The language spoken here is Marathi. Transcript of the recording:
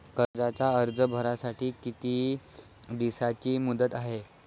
कर्जाचा अर्ज भरासाठी किती दिसाची मुदत हाय?